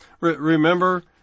Remember